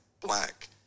black